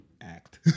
act